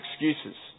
excuses